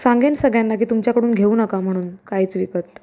सांगेन सगळ्यांना की तुमच्याकडून घेऊ नका म्हणून काहीच विकत